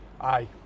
Aye